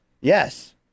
Yes